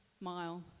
mile